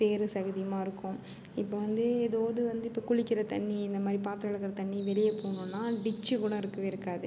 சேரும் சகதியுமாக இருக்கும் இப்போ வந்து ஏதோ இது வந்து இப்போ குளிக்கிற தண்ணி இந்த மாதிரி பாத்திரம் விளக்குற தண்ணி வெளியே போணுன்னால் டிச்சு கூட இருக்கவே இருக்காது